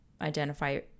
identify